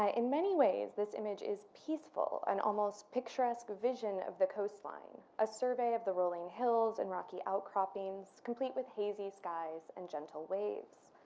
ah in many ways, this image is peaceful, an almost picturesque vision of the coastline, a survey of the rolling hills and rocky outcroppings complete with hazy skies and gentle waves.